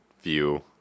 view